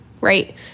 right